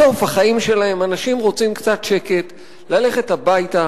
בסוף החיים שלהם אנשים רוצים קצת שקט, ללכת הביתה